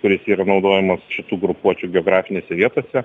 kuris yra naudojamas šitų grupuočių geografinėse vietose